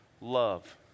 love